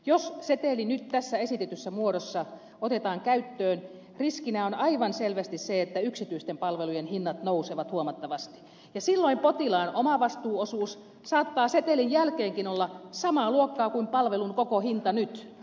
jos seteli nyt tässä esitetyssä muodossa otetaan käyttöön riskinä on aivan selvästi se että yksityisten palvelujen hinnat nousevat huomattavasti ja silloin potilaan omavastuuosuus saattaa setelin jälkeenkin olla samaa luokkaa kuin palvelun koko hinta nyt